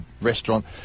restaurant